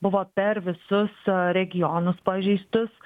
buvo per visus regionus pažeistus